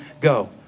go